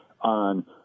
on